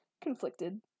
Conflicted